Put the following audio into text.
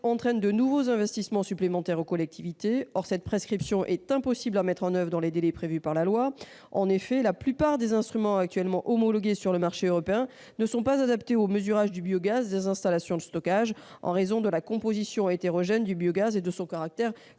entraîne de nouveaux investissements supplémentaires pour les collectivités. Or cette prescription est impossible à mettre en oeuvre dans les délais prévus par la loi. En effet, la plupart des instruments actuellement homologués sur le marché européen ne sont pas adaptés au mesurage du biogaz des installations de stockage, en raison de la composition hétérogène du biogaz et de son caractère